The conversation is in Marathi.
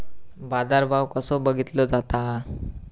बाजार भाव कसो बघीतलो जाता?